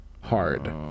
hard